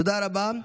תודה רבה.